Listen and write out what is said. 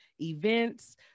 events